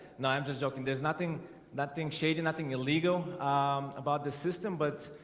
no, i'm just joking there's nothing that thing shady nothing illegal about the system, but